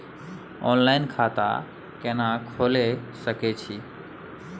Online खाता केना खोले सकै छी?